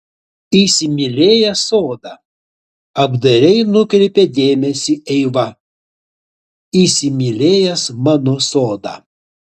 įsimylėjęs sodą apdairiai nukreipė dėmesį eiva įsimylėjęs mano sodą